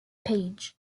pages